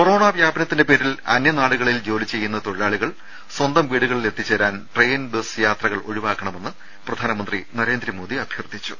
corona വൃാപനത്തിന്റെ പേരിൽ അന്യനാടുകളിൽ ജോലി ചെയ്യുന്ന തൊഴിലാളികൾ സ്വന്തം വീടുകളിൽ എത്തിച്ചേരാൻ ട്രെയിൻ ബസ് യാത്രകൾ ഒഴിവാക്കണ മെന്ന് പ്രധാനമന്ത്രി ന്രേന്ദ്രമോദി അഭൃർത്ഥിച്ചു